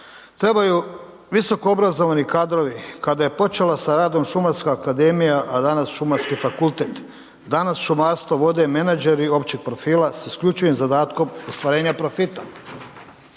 trebaju visokoobrazovani kadrovi, kada je počela sa radom Šumarska akademija a danas Šumarski fakultet, danas šumarstvo vode menadžeri općeg profila sa isključivim zadatkom ostvarenja profita.